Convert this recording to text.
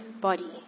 body